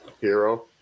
hero